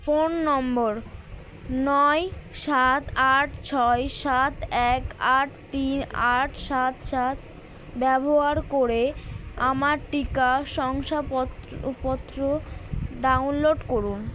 phone number নয় সাত আট ছয় সাত এক আট তিন আট সাত সাত ব্যবহার করে আমার টিকা শংসাপত্ পত্র ডাউনলোড করুন